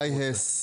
גיא הס.